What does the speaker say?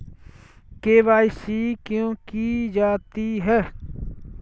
KYC क्यों की जाती है?